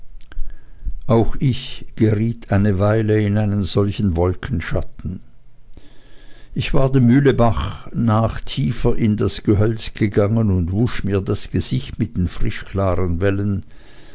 auch ich geriet eine weile in einen solchen wolkenschatten ich war dem mühlbache nach tiefer in das gehölz gegangen und wusch mir das gesicht mit den frischklaren wellen